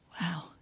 Wow